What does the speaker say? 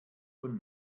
von